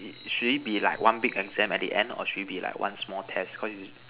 it should it be like one big exam at the end or should it be like one small test cause